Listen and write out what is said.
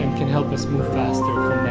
and can help us move faster